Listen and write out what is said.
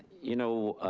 you know,